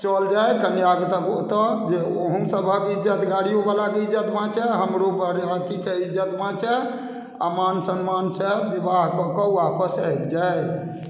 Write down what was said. चल जाए कन्यागतक ओतय जे अहूँसभक इज्जत गाड़ियोवलाके इज्जत बाँचय हमरो बरियातीके इज्जत बाँचय आ मान सम्मानसँ विवाह कऽ के वापस आबि जाइ